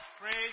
Praise